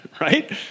Right